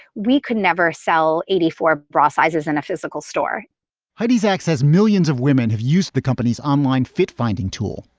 we could never sell eighty for bra sizes in a physical store heidi zech says millions of women have used the company's online fit finding tool,